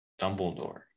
Dumbledore